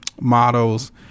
models